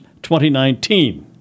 2019